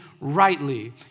rightly